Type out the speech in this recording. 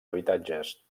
habitatges